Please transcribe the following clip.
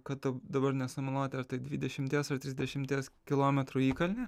kad dabar nesumeluoti ar tai dvidešimties ar trisdešimties kilometrų įkalnė